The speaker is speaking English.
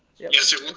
yes it was.